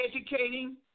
educating